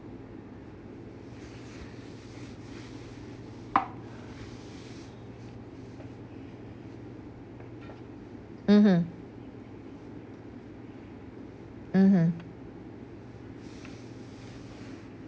mmhmm mmhmm